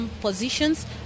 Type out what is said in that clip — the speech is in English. positions